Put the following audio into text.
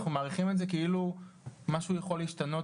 אנחנו מאריכים את זה כאילו משהו יכול להשתנות